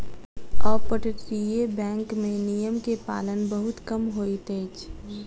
अपतटीय बैंक में नियम के पालन बहुत कम होइत अछि